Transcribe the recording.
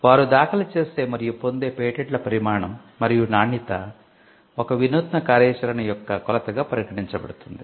వారు దాఖలు చేసే మరియు పొందే పేటెంట్ల పరిమాణం మరియు నాణ్యత ఒక వినూత్న కార్యాచరణ యొక్క కొలతగా పరిగణించబడుతుంది